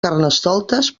carnestoltes